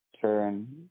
turn